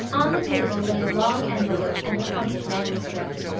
on the table lay a long envelope and a crumpled manuscript.